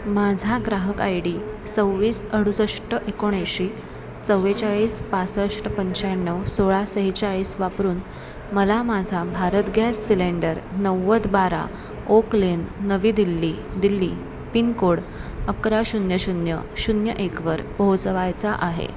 माझा ग्राहक ID सव्वीस अडुसष्ट एकोणऐंशी चव्वेचाळीस पासष्ट पंच्याण्णव सोळा सेहेचाळीस वापरून मला माझा भारत गॅस सिलेंडर नव्वद बारा ओक लेन नवी दिल्ली दिल्ली पिनकोड अकरा शून्य शून्य शून्य एकवर पोहोचवायचा आहे